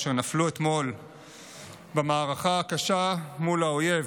אשר נפלו אתמול במערכה הקשה מול האויב.